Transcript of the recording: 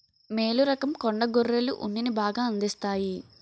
మేలు రకం కొండ గొర్రెలు ఉన్నిని బాగా అందిస్తాయి